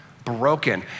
broken